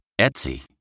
Etsy